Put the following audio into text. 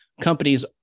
companies